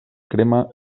crema